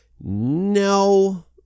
no